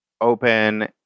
open